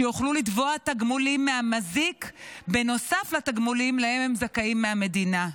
שיוכלו לתבוע תגמולים מהמזיק נוסף לתגמולים שהם זכאים להם מהמדינה.